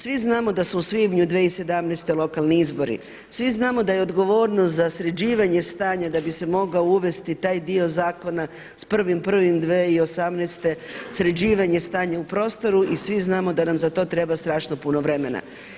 Svi znamo da su u svibnju 2017. lokalni izbori, svi znamo da je odgovornost za sređivanje stanja da bi se mogao uvesti taj dio zakona sa 1.1.2018. sređivanje stanja u prostoru i svi znamo da nam za to treba strašno puno vremena.